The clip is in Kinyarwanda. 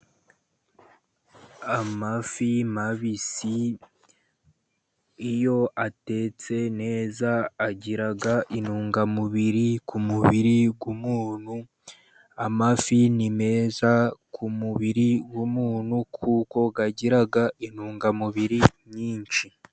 Amafi mabisi iyo atetse neza agira intungamubiri ku mubiri w'umuntu, amafi ni meza ku mubiri w'umuntu kuko agiraga intungamubiri nyinshi.